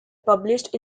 published